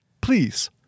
Please